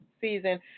season